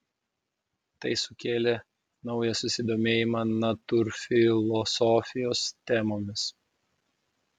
tai sukėlė naują susidomėjimą natūrfilosofijos temomis